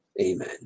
amen